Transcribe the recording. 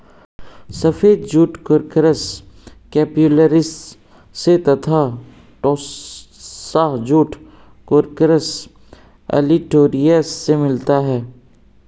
सफ़ेद jute Corchorus capsularis से तथा टोस्सा जूट कोर्कोरस ओलिटोरियस से मिलता है